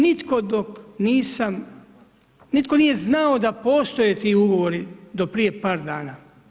Nitko dok nisam, nitko nije znao da postoje ti ugovori do prije par dana.